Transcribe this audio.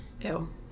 Ew